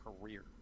career